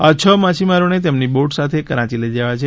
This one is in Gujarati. આ છ માછીમારોને તેમની બોટ સાથે કરાંચી લઈ જવાયા છે